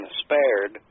spared